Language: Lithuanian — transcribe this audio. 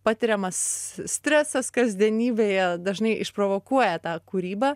patiriamas stresas kasdienybėje dažnai išprovokuoja tą kūrybą